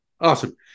Awesome